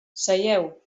seieu